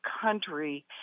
country